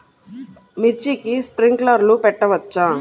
మిర్చికి స్ప్రింక్లర్లు పెట్టవచ్చా?